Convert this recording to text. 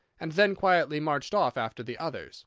and then quietly marched off after the others